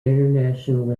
internationally